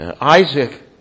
Isaac